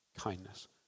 kindness